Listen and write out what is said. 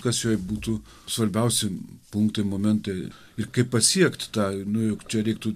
kas joj būtų svarbiausi punktai momentai ir kaip pasiekti tą nu juk čia reiktų